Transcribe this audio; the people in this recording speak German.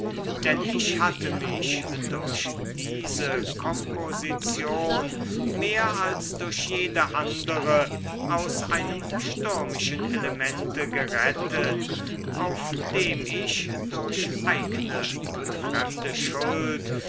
denn ich hatte mich durch diese komposition mehr als durch jede andere aus einem stürmischen elemente gerettet auf dem ich durch eigne und fremde schuld